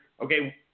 okay